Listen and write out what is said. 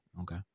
Okay